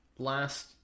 Last